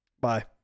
Bye